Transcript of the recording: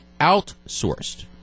outsourced